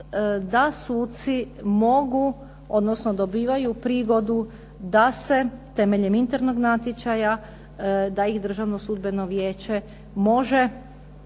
da suci mogu, odnosno dobivaju prigodu da se temeljem internog natječaja, da ih Državno sudbeno vijeće može